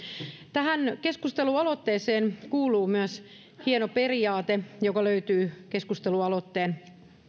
tähän keskustelualoitteeseen kuuluu myös hieno periaate joka löytyy keskustelualoitteen